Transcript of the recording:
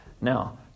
Now